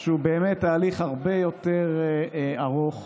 הרבה יותר ארוך,